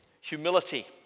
humility